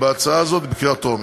בהצעה הזאת בקריאה טרומית.